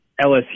LSU